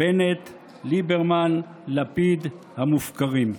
בנט-ליברמן-לפיד המופקרים".